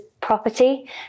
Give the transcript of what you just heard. property